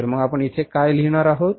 तर मग आपण इथे काय लिहीणार आहोत